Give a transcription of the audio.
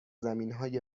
زمینهای